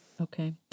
Okay